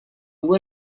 would